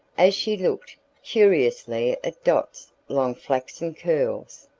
as she looked curiously at dot's long flaxen curls.